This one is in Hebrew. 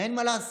אין מה לעשות,